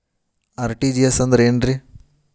RTGS ಅಂದ್ರ ಏನ್ರಿ?